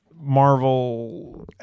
Marvel